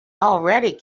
already